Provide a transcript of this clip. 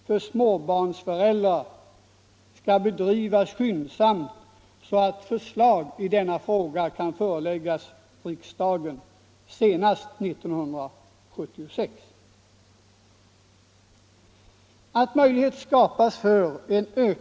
ige Jag yrkar med detta, herr talman, bifall till utskottets hemställan.